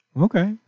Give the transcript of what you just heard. okay